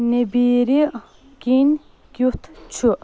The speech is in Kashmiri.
نیٚبرۍ کِنۍ کیُتھ چھُ؟